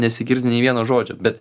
nesigirdi nei vieno žodžio bet